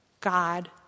God